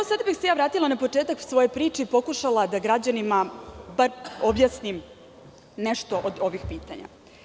Sada bih se vratila na početak svoje priče i pokušala da građanima objasnim bar nešto od ovih pitanja.